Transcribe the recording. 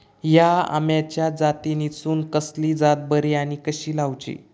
हया आम्याच्या जातीनिसून कसली जात बरी आनी कशी लाऊची?